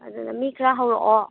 ꯑꯗꯨꯅ ꯃꯤ ꯈꯔ ꯍꯧꯔꯛꯑꯣ